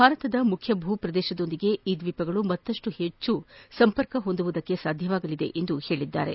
ಭಾರತದ ಮುಖ್ಯ ಭೂಪ್ರದೇಶದೊಂದಿಗೆ ಈ ದ್ವೀಪಗಳು ಮತ್ತಪ್ಟು ಹೆಚ್ಚು ಸಂಪರ್ಕ ಹೊಂದುವುದಕ್ಕೆ ಸಾಧ್ಜವಾಗಲಿದೆ ಎಂದು ಹೇಳಿದ್ದಾರೆ